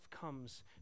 comes